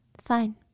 Fine